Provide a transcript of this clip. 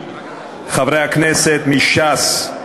חברי הכנסת מש"ס.